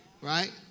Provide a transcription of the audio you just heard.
Right